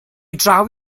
draw